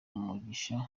umugisha